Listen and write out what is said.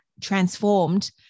transformed